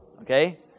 okay